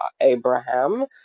Abraham